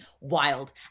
Wild